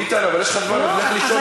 ביטן, אבל יש לך זמן לך לישון.